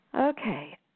okay